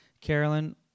Carolyn